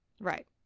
Right